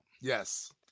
Yes